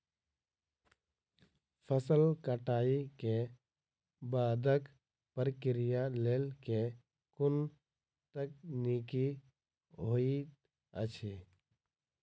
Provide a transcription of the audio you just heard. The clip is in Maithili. फसल कटाई केँ बादक प्रक्रिया लेल केँ कुन तकनीकी होइत अछि?